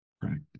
Practice